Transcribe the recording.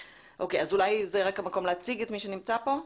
אולי זה המקום להציג את מי שנמצא כאן.